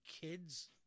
kids